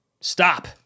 stop